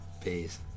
Peace